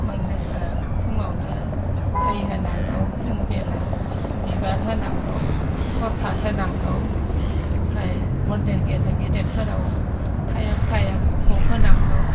मन्दिरखौ फुङावनो दै होनांगौ फुं बेला बिबार होनांगौ प्रसाद होनांगौ ओमफ्राय मन्दिर गेदेर गेदरेफोराव टाइम टाइम भग होनांगौ